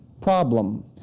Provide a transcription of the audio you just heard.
problem